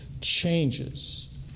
changes